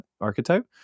archetype